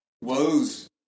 woes